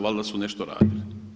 Valjda su nešto radili.